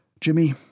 Jimmy